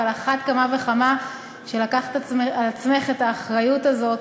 ועל אחת כמה וכמה שלקחת על עצמך את האחריות הזאת,